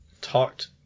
talked